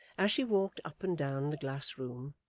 as she walked up and down the glass room,